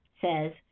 says